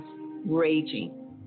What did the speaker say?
raging